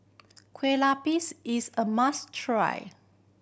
kue lupis is a must try